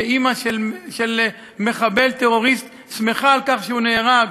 שאימא של מחבל טרוריסט שמחה על כך שהוא נהרג,